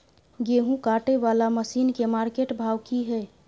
गेहूं काटय वाला मसीन के मार्केट भाव की हय?